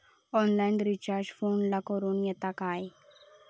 Online recharge फोनला करूक येता काय?